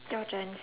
your turn